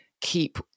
keep